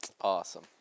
Awesome